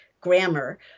grammar